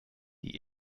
die